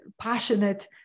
passionate